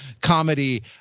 comedy